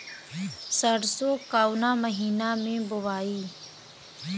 सरसो काउना महीना मे बोआई?